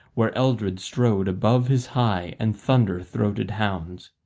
where eldred strode above his high and thunder-throated hounds.